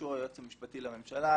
באישור היועץ המשפטי לממשלה,